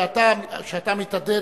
כשאתה מתעתד,